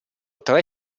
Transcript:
tre